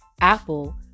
Apple